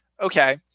okay